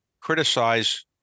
criticize